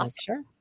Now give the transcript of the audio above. Sure